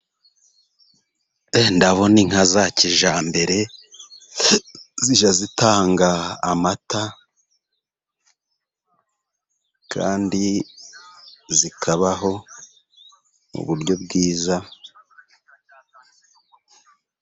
Ndabona inka za kijyambere zijya zitanga amata, kandi zikabaho mu buryo bwiza.